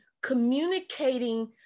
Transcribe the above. communicating